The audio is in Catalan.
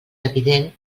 evident